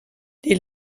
les